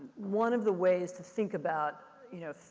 one of the ways to think about, you know,